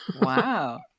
wow